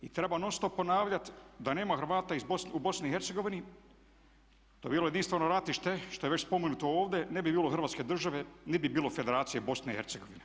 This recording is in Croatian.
I treba non stop ponavljati da nema Hrvata u BiH to bi bilo jedinstveno ratište što je već spomenuto ovdje i ne bi bilo Hrvatske države niti bi bilo Federacije BiH.